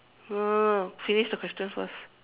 no no no finish the question first